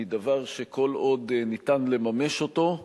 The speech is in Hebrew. היא דבר שכל עוד ניתן לממש אותו,